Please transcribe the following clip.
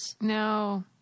No